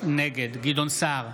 נגד גדעון סער,